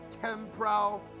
temporal